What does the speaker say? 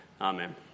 Amen